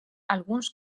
alguns